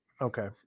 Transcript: Okay